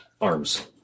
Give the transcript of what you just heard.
arms